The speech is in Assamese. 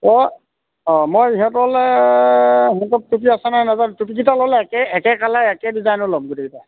অঁ অঁ মই সিহঁতলৈ মোৰ ঘৰত টুপি আছে নাই নাজানো টুপিকেইটা ল'লে একে একে কালাৰ একে ডিজাইনৰ ল'ম গোটেইকেইটা